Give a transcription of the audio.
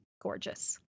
gorgeous